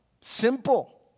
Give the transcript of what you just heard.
Simple